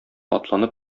атланып